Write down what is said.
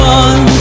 one